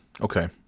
Okay